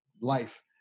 life